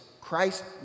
Christ